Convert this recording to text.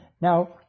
Now